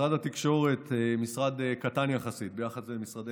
משרד התקשורת הוא משרד קטן ביחס למשרדי